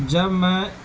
جب میں